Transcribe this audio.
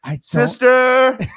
sister